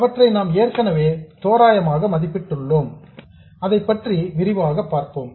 அவற்றை நாம் ஏற்கனவே தோராயமாக மதிப்பிட்டுள்ளோம் அதைப்பற்றி விரிவாக பார்ப்போம்